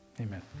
amen